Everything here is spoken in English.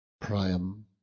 Priam